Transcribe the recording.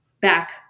back